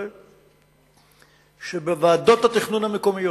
זה שבוועדות התכנון המקומיות,